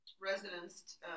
residents